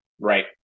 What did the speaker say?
right